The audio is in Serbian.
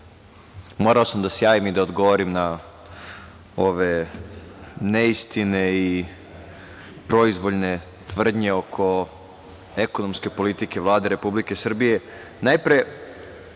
puno. Morao sam da se javim i da odgovorim na ove neistine i proizvoljne tvrdnje oko ekonomske politike Vlade Republike Srbije.